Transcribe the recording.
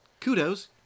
kudos